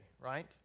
right